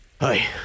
Hi